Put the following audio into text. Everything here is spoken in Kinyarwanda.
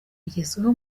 igezweho